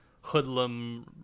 hoodlum